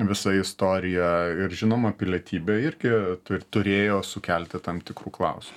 visa istorija ir žinoma pilietybė irgi tur turėjo sukelti tam tikrų klausimų